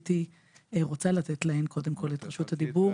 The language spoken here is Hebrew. לכן הייתי רוצה לתת להן קודם כל את רשות הדיבור.